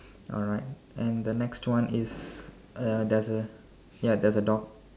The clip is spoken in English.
alright and the next one is uh there's a ya there's a dog